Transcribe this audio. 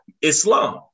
Islam